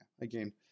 again